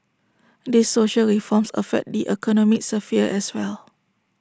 these social reforms affect the economic sphere as well